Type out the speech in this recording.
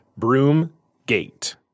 Broomgate